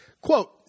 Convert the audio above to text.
Quote